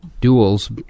duels